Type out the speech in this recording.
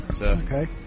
Okay